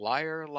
Liar